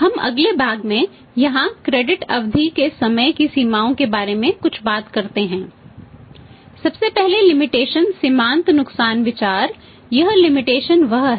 हम अगले भाग में यहाँ क्रेडिट पर B को बेच रहा है